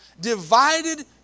divided